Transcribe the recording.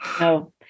No